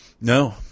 No